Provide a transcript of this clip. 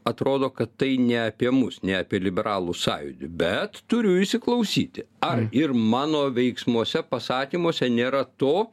atrodo kad tai ne apie mus ne apie liberalų sąjūdį bet turiu įsiklausyti ar ir mano veiksmuose pasakymuose nėra to